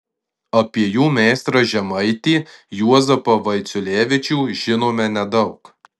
apie jų meistrą žemaitį juozapą vaiciulevičių žinome nedaug